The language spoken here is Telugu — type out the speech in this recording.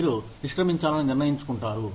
మీరు నిష్క్రమించాలని నిర్ణయించుకుంటారు